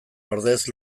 ordez